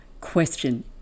question